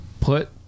put